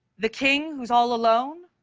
the king who's all alone,